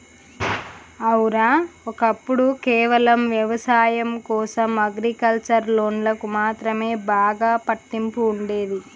ఔర, ఒక్కప్పుడు కేవలం వ్యవసాయం కోసం అగ్రికల్చర్ లోన్లకు మాత్రమే బాగా పట్టింపు ఉండేది